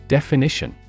Definition